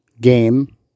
game